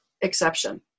exception